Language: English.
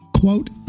Quote